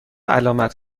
علامت